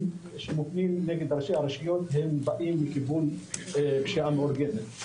שמופיעים נגד ראשי הרשויות הם באים מכיוון פשיעה מאורגנת,